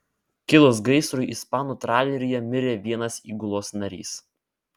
kilus gaisrui ispanų traleryje mirė vienas įgulos narys